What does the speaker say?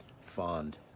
fond